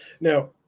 Now